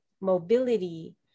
mobility